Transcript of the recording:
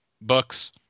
books